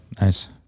Nice